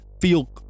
feel